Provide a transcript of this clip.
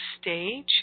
stage